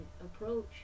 approach